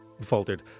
faltered